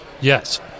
Yes